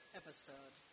episode